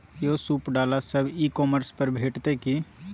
यौ सूप डाला सब ई कॉमर्स पर भेटितै की?